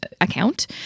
account